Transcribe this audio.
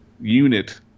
unit